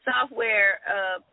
software